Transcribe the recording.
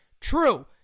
True